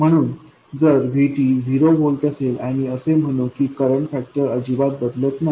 म्हणून जर VT 0 volt असेल आणि असे म्हणू की करंट फॅक्टर अजिबात बदलत नाही